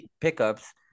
pickups